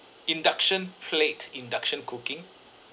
induction plate induction cooking